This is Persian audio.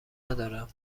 ندارم